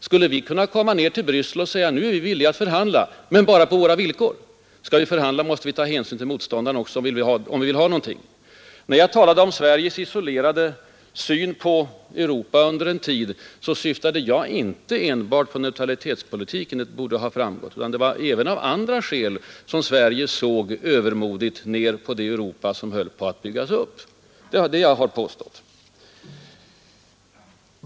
Skulle vi kunna komma ner till Bryssel och säga: ”Nu är vi villiga att förhandla, men bara på våra egna villkor?” Skall vi förhandla, måste vi också ta hänsyn till motståndaren, om vi vill nå resultat. När jag talade om att Sverige isolerade sig från Europa under 1950 och 1960-talet, syftade jag inte enbart på neutralitetspolitiken. Det borde ha framgått av mitt anförande att det var även av andra skäl som Sverige övermodigt ner på det Europa som höll på att byggas upp.